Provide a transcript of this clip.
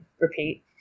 repeat